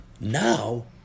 now